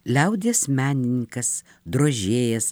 liaudies menininkas drožėjas